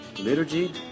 liturgy